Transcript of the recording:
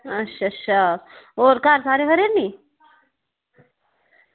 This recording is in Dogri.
अच्छा अच्छा होर घर सारे खरे नी